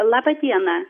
laba diena